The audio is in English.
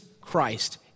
Christ